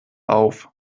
auf